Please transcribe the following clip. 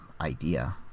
idea